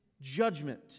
judgment